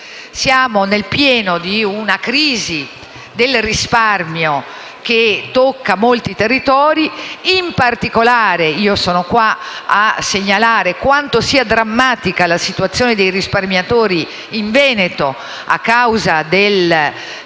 Siamo nel pieno di una crisi del risparmio che tocca molti territori; in particolare, sono qui a segnalare quanto sia drammatica la condizione dei risparmiatori in Veneto, a causa della situazione